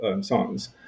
songs